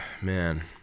man